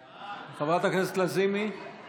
אינה נוכחת יעקב ליצמן, אינו